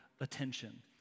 attention